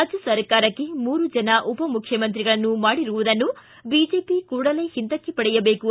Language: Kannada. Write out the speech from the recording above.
ರಾಜ್ಯ ಸರ್ಕಾರಕ್ಕೆ ಮೂರು ಜನ ಉಪ ಮುಖ್ಯಮಂತ್ರಿಗಳನ್ನು ಮಾಡಿರುವುದನ್ನು ಬಿಜೆಪಿ ಕೂಡಲೇ ಹಿಂದಕ್ಕೆ ಪಡೆಯಬೇಕು